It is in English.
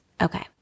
Okay